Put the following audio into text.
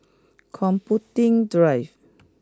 computing drive